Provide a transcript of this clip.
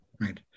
Right